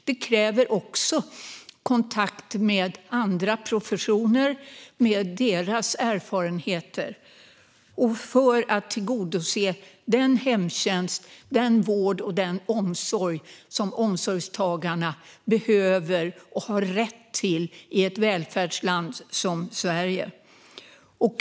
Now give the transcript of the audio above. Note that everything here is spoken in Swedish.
Det kräver också kontakt med andra professioner med deras erfarenheter för att tillhandahålla den hemtjänst, den vård och den omsorg som omsorgstagarna behöver och har rätt till i ett välfärdsland som Sverige.